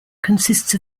consists